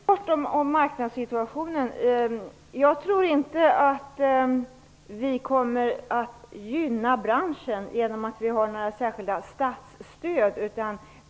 Herr talman! Väldigt kort om marknadssituationen: Jag tror inte att vi gynnar branschen genom några särskilda statsstöd.